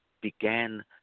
began